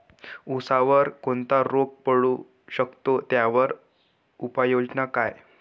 ऊसावर कोणता रोग पडू शकतो, त्यावर उपाययोजना काय?